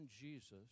Jesus